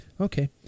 okay